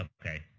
Okay